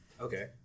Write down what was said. okay